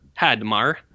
Hadmar